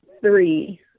three